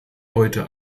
heute